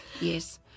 yes